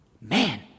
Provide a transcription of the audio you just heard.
man